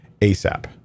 ASAP